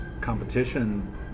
competition